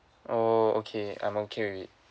oh okay I'm okay with it